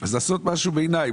לעשות משהו ביניים,